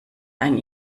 ein